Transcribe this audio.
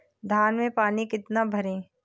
धान में पानी कितना भरें?